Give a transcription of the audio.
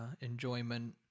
enjoyment